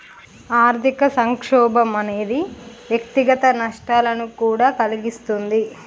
ఆర్థిక సంక్షోభం అనేది వ్యక్తిగత నష్టాలను కూడా కలిగిస్తుంది